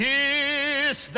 Kiss